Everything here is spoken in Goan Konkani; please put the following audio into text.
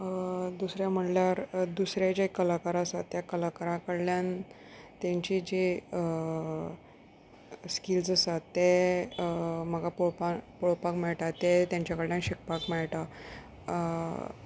दुसरें म्हणल्यार दुसरें जे कलाकारां आसा त्या कलाकारा कडल्यान तेंची जी स्किल्स आसात ते म्हाका पळोवपाक पळोवपाक मेळटा ते तेंचे कडल्यान शिकपाक मेळटा